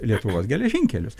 lietuvos geležinkelius